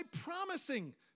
promising